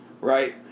Right